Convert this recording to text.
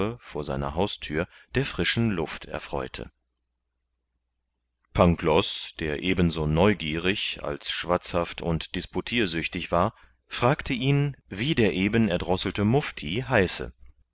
vor seiner hausthür der frischen luft erfreute pangloß der eben so neugierig als schwatzhaft und disputirsüchtig war fragte ihn wie der eben erdrosselte mufti heiße